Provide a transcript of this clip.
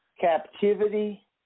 captivity